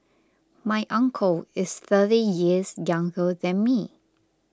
my uncle is thirty years younger than me